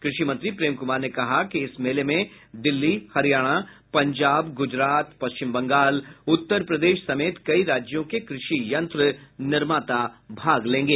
कृषि मंत्री प्रेम कुमार ने कहा है कि इस मेले में दिल्ली हरियाणा पंजाब गुजरात पश्चिम बंगाल उत्तर प्रदेश समेत कई राज्यों के कृषि यंत्र निर्माता भी भाग लेंगे